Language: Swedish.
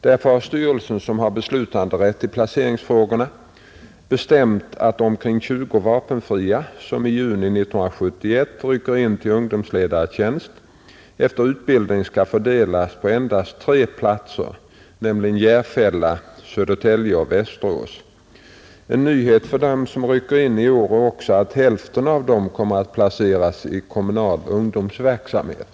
Därför har styrelsen, som har beslutanderätten i placeringsfrågorna, bestämt att de omkring 20 vapenfria som i juni ,971 rycker in till ungdomsledartjänst efter utbildningen skall fördelas på endast tre platser, nämligen Järfälla, Södertälje och Västerås. En nyhet för dem som rycker in i år är också, att hälften av dem kommer att placeras i kommunal ungdomsverksamhet.